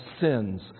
sins